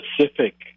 specific